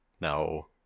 No